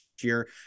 year